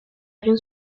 egin